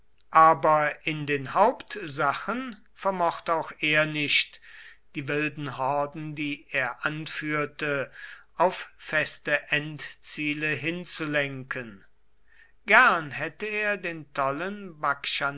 aber in den hauptsachen vermochte auch er nicht die wilden horden die er anführte auf feste endziele hinzulenken gern hätte er den tollen